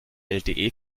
lte